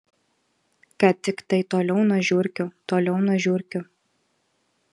kad tiktai toliau nuo žiurkių toliau nuo žiurkių